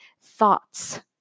thoughts